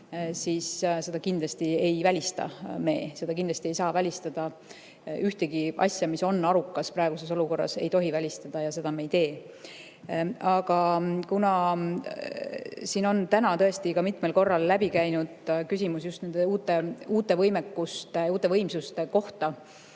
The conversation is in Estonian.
siis me seda kindlasti ei välista. Kindlasti ei saa välistada ühtegi asja, mis on arukas. Praeguses olukorras ei tohi midagi välistada ja seda me ei tee. Aga siin on täna tõesti mitmel korral läbi käinud küsimus just nende uute võimekuste ja võimsuste kohta.